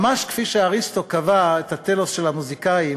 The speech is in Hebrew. ממש כפי שאריסטו קבע את הטלוס של המוזיקאים